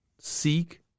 seek